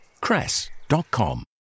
Cress.com